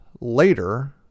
later